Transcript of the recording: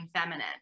feminine